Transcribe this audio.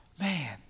man